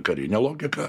karine logika